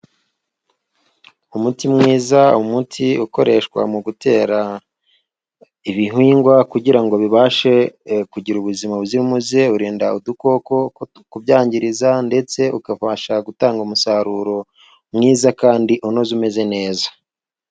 Umuti mwiza， umuti ukoreshwa mu gutera ibihingwa kugira ngo bibashe kugira ubuzima buzira umuze， urinda udukoko kubyangiriza ndetse ukabasha gutanga umusaruro mwiza kandi unoze umeze neza.